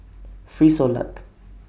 Frisolac